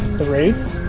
the race